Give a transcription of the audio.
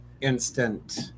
instant